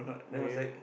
okay